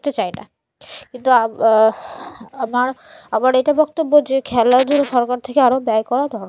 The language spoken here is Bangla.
না কিন্তু আমার আমার এটা বক্তব্য যে খেলাধুলো সরকার থেকে আরো ব্যয় করা দরকার